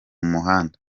muhanda